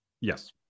Yes